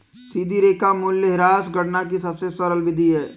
सीधी रेखा मूल्यह्रास गणना की सबसे सरल विधि है